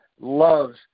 loves